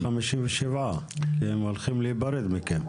אבל תישארו על 57 כי הם הולכים להיפרד מכם.